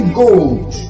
gold